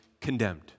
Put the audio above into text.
condemned